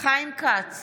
חיים כץ,